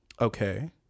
Okay